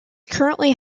currently